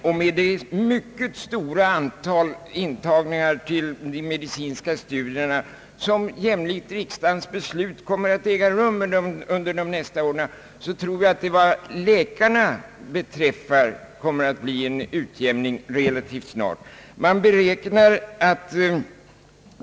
Med tanke på det mycket stora antalet intagningar till medicinska studier som jämlikt riksdagens beslut kommer att äga rum inom de närmaste åren tror jag att det vad läkarna beträffar kommer att bli en utjämning relativt snart.